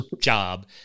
job